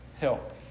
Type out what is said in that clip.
help